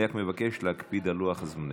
אני רק מבקש להקפיד על לוח הזמנים,